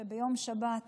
שביום שבת